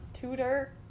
tutor